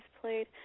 played